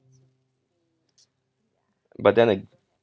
but then